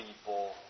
people